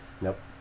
nope